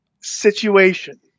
situation